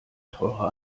teure